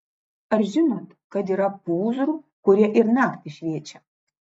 ar žinot kad yra pūzrų kurie ir naktį šviečia